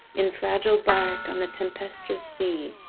in fragile bark on the tempestuous sea.